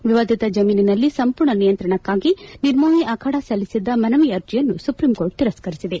ವಿವಾದಿತ ಜಮೀನಿನ ಸಂಪೂರ್ಣ ನಿಯಂತ್ರಣಕ್ಕಾಗಿ ನಿರ್ಮೋಹಿ ಅಖಾಡ ಸಲ್ಲಿಸಿದ್ದ ಮನವಿ ಅರ್ಜಿಯನ್ನು ಸುಪ್ರೀಂಕೋರ್ಟ್ ತಿರಸ್ಕರಿಸಿದೆ